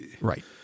Right